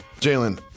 Jalen